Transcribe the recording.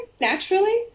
naturally